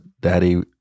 Daddy